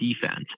defense